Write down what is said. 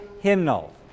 hymnal